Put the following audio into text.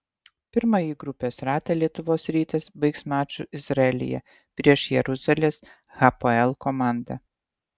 pirmąjį grupės ratą lietuvos rytas baigs maču izraelyje prieš jeruzalės hapoel komandą